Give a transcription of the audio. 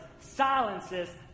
silences